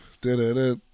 Da-da-da